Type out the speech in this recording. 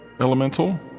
Elemental